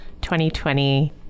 2020